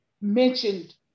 mentioned